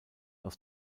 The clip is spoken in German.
aus